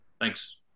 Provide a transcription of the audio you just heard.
Thanks